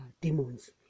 demons